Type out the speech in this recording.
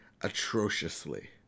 atrociously